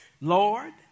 Lord